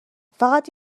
فقط